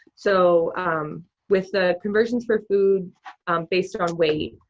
so um with the conversions for food based on weight,